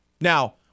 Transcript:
Now